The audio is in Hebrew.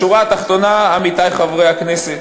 בשורה התחתונה, עמיתי חברי הכנסת,